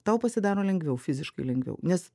tau pasidaro lengviau fiziškai lengviau nes